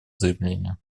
заявление